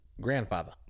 grandfather